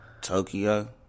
Tokyo